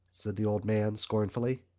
said the old man scornfully.